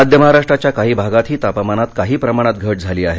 मध्य महाराष्ट्राच्या काही भागातही तापमानात काही प्रमाणात घट झाली आहे